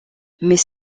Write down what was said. mais